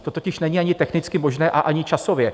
To totiž není ani technicky možné a ani časově.